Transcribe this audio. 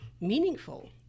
meaningful